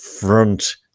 front